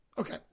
Okay